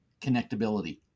connectability